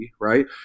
right